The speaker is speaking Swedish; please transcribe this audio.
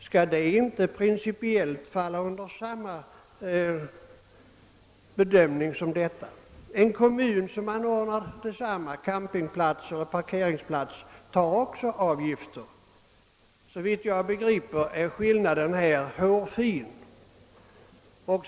Skall det inte principiellt falla under samma bedömning? En kommun som anordnar campingplatser och parkeringsplatser tar också avgifter. Såvitt jag förstår är skillnaden hårfin.